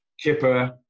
Kipper